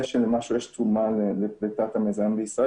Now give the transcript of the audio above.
זה שלמשהו יש תרומה לפליטת המזהמים בישראל,